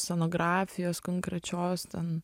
scenografijos konkrečios ten